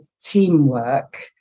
teamwork